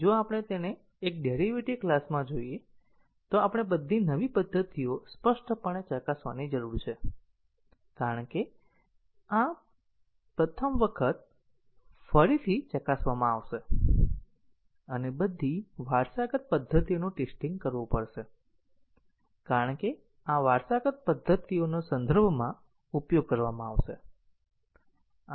જો આપણે તેને એક ડેરીવેટીવ ક્લાસમાં જોઈએ તો આપણે બધી નવી પદ્ધતિઓ સ્પષ્ટપણે ચકાસવાની જરૂર છે કારણ કે આ પ્રથમ વખત ફરીથી ચકાસવામાં આવશે અને બધી વારસાગત પદ્ધતિઓનું ટેસ્ટીંગ કરવું પડશે કારણ કે આ વારસાગત પદ્ધતિઓનો સંદર્ભમાં ઉપયોગ કરવામાં આવશે